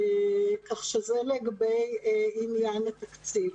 כך שזה לגבי עניין התקציב.